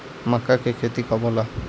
माका के खेती कब होला?